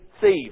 thieves